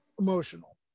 emotional